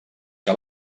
que